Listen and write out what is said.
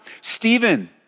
Stephen